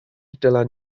dylan